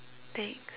next